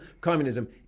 communism